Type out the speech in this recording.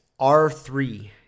R3